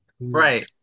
Right